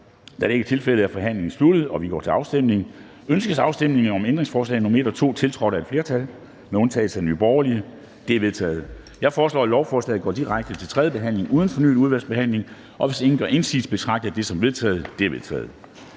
Kl. 13:08 Afstemning Formanden (Henrik Dam Kristensen): Ønskes afstemning om ændringsforslag nr. 1 og 2, tiltrådt af et flertal (udvalget med undtagelse af Nye Borgerlige)? De er vedtaget. Jeg foreslår, at lovforslaget går direkte til tredje behandling uden fornyet udvalgsbehandling. Hvis ingen gør indsigelse, betragter jeg det som vedtaget. Det er vedtaget.